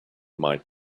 might